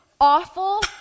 awful